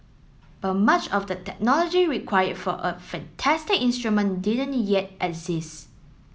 but much of the technology required for a fantastic instrument didn't yet exist